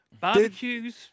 barbecues